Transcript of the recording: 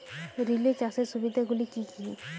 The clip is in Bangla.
রিলে চাষের সুবিধা গুলি কি কি?